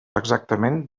exactament